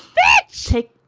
that check